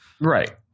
Right